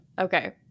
Okay